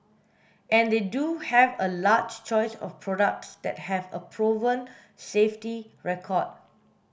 and they do have a large choice of products that have a proven safety record